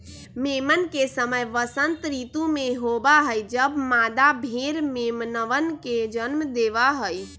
मेमन के समय वसंत ऋतु में होबा हई जब मादा भेड़ मेमनवन के जन्म देवा हई